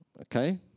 okay